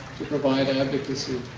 to provide advocacy.